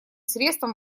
средством